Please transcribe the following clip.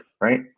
right